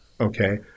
Okay